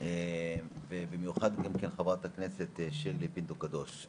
ובמיוחד חברת הכנסת שירלי פינטו קדוש,